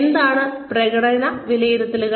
എന്താണ് പ്രകടന വിലയിരുത്തൽ